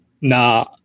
nah